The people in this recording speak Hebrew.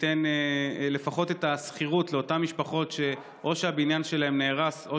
שתיתן לפחות את השכירות לאותן משפחות שהבניין שלהן נהרס או